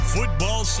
Football